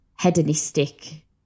hedonistic